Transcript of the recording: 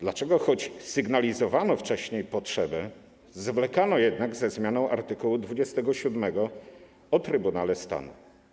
Dlaczego, choć sygnalizowano wcześniej potrzebę, zwlekano jednak ze zmianą art. 27 ustawy o Trybunale Stanu?